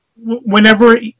Whenever